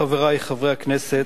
חברי חברי הכנסת,